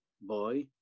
boy